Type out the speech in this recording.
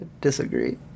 disagree